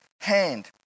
hand